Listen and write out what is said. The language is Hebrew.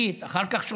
אחר כך אנטיגן מוסדית,